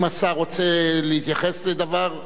האם השר רוצה להתייחס לאיזה דבר?